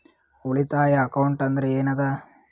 ಉಳಿತಾಯ ಅಕೌಂಟ್ ಅಂದ್ರೆ ಏನ್ ಅದ?